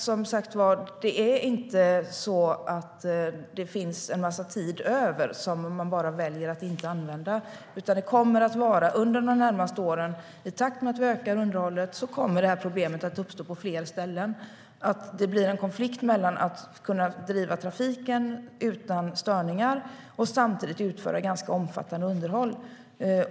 Som sagt finns det dock inte en massa tid över som man bara väljer att inte använda. Under de närmaste åren, i takt med att vi ökar underhållet, kommer problemet att uppstå på fler ställen. Det blir en konflikt mellan att driva trafiken utan störningar och samtidigt utföra ganska omfattande underhåll.